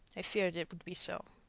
i feared it would be so.